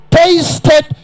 tasted